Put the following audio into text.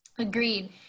Agreed